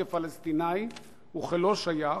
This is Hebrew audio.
כפלסטיני וכלא שייך,